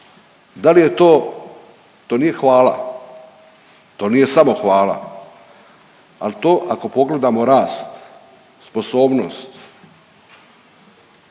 Da li je to, to nije hvala, to nije samohvala al to ako pogledamo rast, sposobnost,